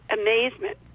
amazement